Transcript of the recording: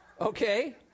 Okay